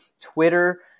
twitter